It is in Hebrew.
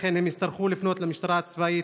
לכן הם יצטרכו לפנות למשטרה הצבאית,